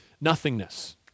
nothingness